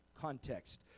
context